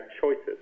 choices